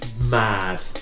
mad